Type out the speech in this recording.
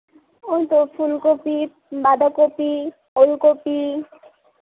ওই তো ফুলকপি বাঁধাকপি ওলকপি